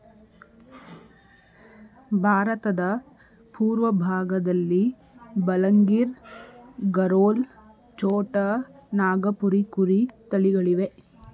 ಭಾರತದ ಪೂರ್ವಭಾಗದಲ್ಲಿ ಬಲಂಗಿರ್, ಗರೋಲ್, ಛೋಟಾ ನಾಗಪುರಿ ಕುರಿ ತಳಿಗಳಿವೆ